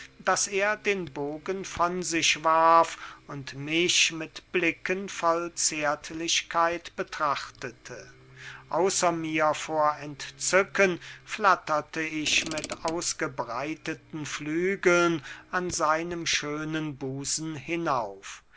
daß er den bogen von sich warf und mich mit blicken voll zärtlichkeit betrachtete außer mir vor entzücken flatterte ich mit ausgebreiteten flügeln an seinem schönen busen hinauf